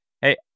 hey